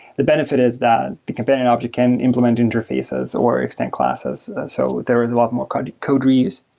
the benefit is that the companion object can implement interfaces or extend classes. so there is a lot more code code reuse.